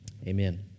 Amen